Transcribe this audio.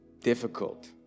difficult